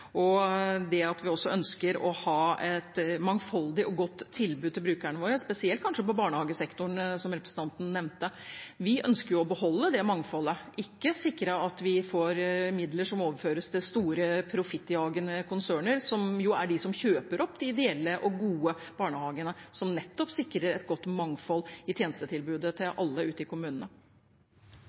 ble nevnt. Vi ønsker også å ha et mangfoldig og godt tilbud til brukerne våre, kanskje spesielt i barnehagesektoren, som representanten nevnte. Vi ønsker å beholde det mangfoldet, ikke sikre at vi får midler som overføres til store profittjagende konserner, som er de som kjøper opp de ideelle og gode barnehagene, som nettopp sikrer et godt mangfold i tjenestetilbudet til alle ute i kommunene.